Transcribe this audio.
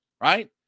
right